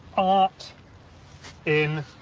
art in.